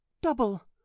double